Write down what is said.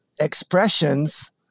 expressions